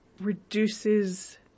reduces